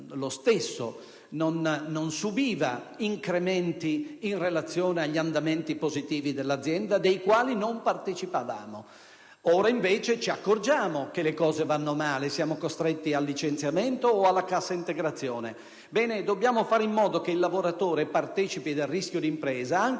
lo stesso, non subiva incrementi in relazione agli andamenti positivi dell'azienda, dei quali non partecipavamo; ora, invece, ci accorgiamo che le cose vanno male, perché siamo costretti al licenziamento o alla cassa integrazione. Ebbene, dobbiamo fare in modo che il lavoratore partecipi del rischio d'impresa anche